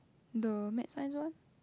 the med science one